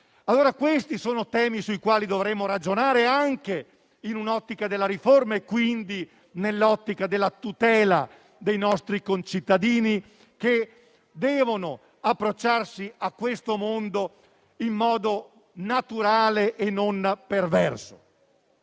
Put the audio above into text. Questi sono temi sui quali dovremo ragionare, anche nell'ottica di una riforma e quindi della tutela dei nostri concittadini, che devono approcciarsi a questo mondo in modo naturale e non perverso.